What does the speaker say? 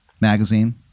magazine